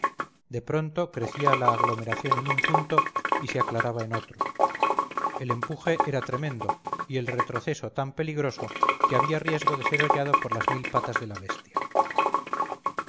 de pronto crecía la aglomeración en un punto y se aclaraba en otro el empuje era tremendo y el retroceso tan peligroso que había riesgo de ser hollado por las mil patas de la bestia